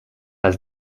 pas